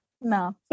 No